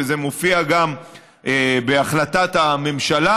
וזה מופיע גם בהחלטת הממשלה